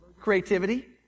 creativity